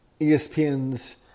ESPN's